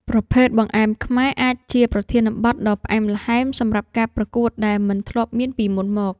ប្រភេទ បង្អែមខ្មែរ អាចជាប្រធានបទដ៏ផ្អែមល្ហែមសម្រាប់ការប្រកួតដែលមិនធ្លាប់មានពីមុនមក។